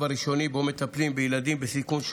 הראשוני שבו מטפלים בילדים בסיכון,